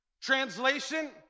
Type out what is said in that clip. Translation